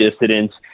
dissidents